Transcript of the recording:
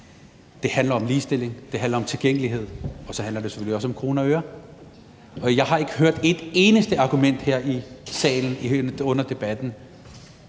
Det handler om ligestilling, det handler om tilgængelighed, og så handler det selvfølgelig også om kroner og øre. Jeg har ikke hørt et eneste argument her i salen under debatten,